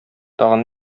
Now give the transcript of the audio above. тагын